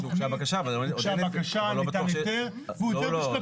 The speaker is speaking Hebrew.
ניתן היתר והוא היתר בשלבים.